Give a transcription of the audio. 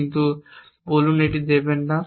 কিছু বলুন এটি দেবেন না